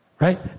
right